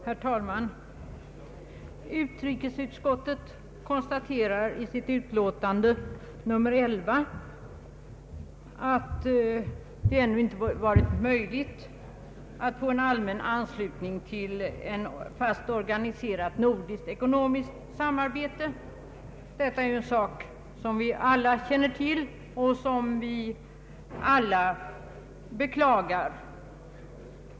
Herr talman! Utrikesutskottet konstaterar i sitt utlåtande nr 11 att det ännu inte har varit möjligt att få en allmän anslutning till ett fast organiserat nordiskt ekonomiskt samarbete. Detta är en sak som vi alla känner till, och som vi alla beklagar.